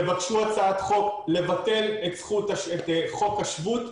תבקשו הצעת חוק לבטל את חוק השבות,